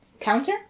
Counter